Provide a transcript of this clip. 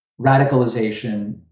radicalization